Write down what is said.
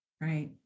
Right